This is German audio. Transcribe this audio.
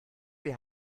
wir